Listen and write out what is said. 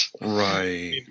Right